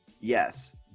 yes